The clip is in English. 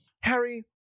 Harry